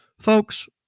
Folks